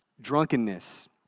drunkenness